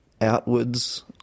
outwards